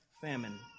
famine